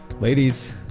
Ladies